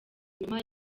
inyuma